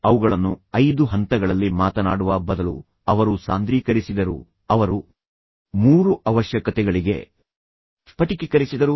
ಈಗ ಅವುಗಳನ್ನು ಐದು ಹಂತಗಳಲ್ಲಿ ಮಾತನಾಡುವ ಬದಲು ಅವರು ಸಾಂದ್ರೀಕರಿಸಿದರು ಅವರು ಮೂರು ಅವಶ್ಯಕತೆಗಳಿಗೆ ಸ್ಫಟಿಕೀಕರಿಸಿದರು